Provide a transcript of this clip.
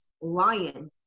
lion